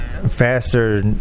faster